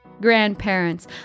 grandparents